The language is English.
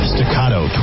Staccato